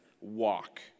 walk